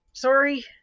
Sorry